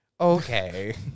Okay